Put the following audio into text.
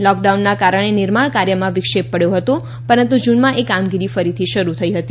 લોકડાઉનના કારણે નિર્માણ કાર્યમાં વિક્ષેપ પડ્યો હતો પરંતુ જૂનમાં એ કામગીરી ફરી શરૂ થઇ હતી